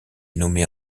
nommé